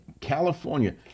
California